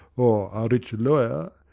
or rich lawyer,